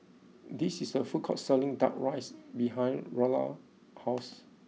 there is a food court selling Duck Rice behind Lara's house